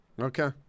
Okay